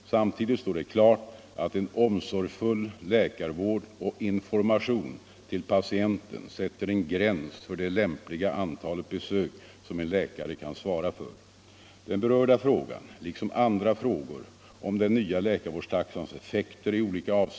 Samtidigt står det klart att en omsorgsfull läkarvård och information till patienten sätter en gräns för det lämpliga antalet besök som en läkare kan svara för. Den berörda frågan liksom andra frågor om den nya läkarvårdstaxans